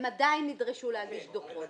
הם עדיין נדרשו להגיש דוחות.